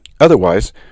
otherwise